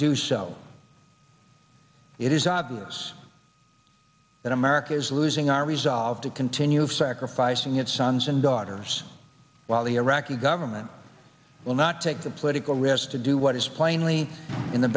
do so it is obvious that america is losing our resolve to continue of sacrificing its sons and daughters while the iraqi government will not take the political risk to do what is plainly in the